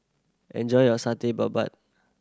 enjoy your babat